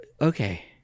Okay